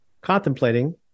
contemplating